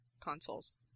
consoles